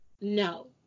no